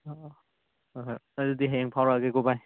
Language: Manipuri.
ꯑꯧ ꯑꯧ ꯍꯣꯏ ꯍꯣꯏ ꯑꯗꯨꯗꯤ ꯍꯌꯦꯡ ꯐꯥꯎꯔꯛꯑꯒꯦꯀꯣ ꯚꯥꯏ